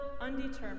undetermined